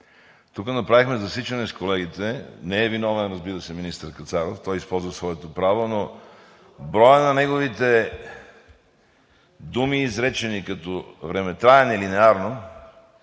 Тук направихме засичане с колегите, не е виновен, разбира се, министър Кацаров, той използва своето право, но броят на неговите думи, изречени като времетраене линеарно,